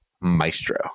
Maestro